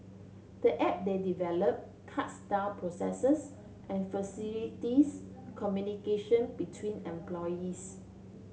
the app they develop cuts down processes and facilities communication between employees